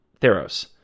theros